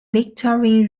victorian